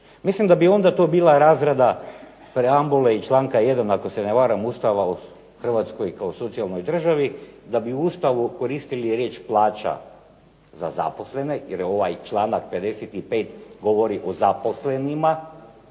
Mislim da bi onda to bila razrada preambule i članka 1. ako se ne varam Ustava o Hrvatskoj kao socijalnoj državi, da bi u Ustavu koristili riječ plaća za zaposlene jer ovaj članak 55. govori o zaposlenima,